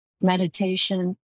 meditation